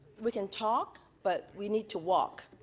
we can talk, but we need to walk.